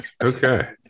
Okay